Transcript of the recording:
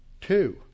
Two